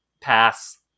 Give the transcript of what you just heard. pass